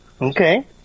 okay